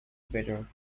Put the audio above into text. better